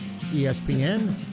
ESPN